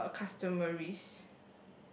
uh customaries